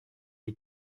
est